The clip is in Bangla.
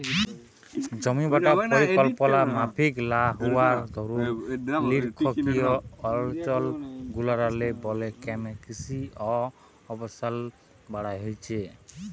জমিবাঁটা পরিকল্পলা মাফিক লা হউয়ার দরুল লিরখ্খিয় অলচলগুলারলে বল ক্যমে কিসি অ আবাসল বাইড়হেছে